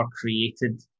created